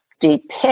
depict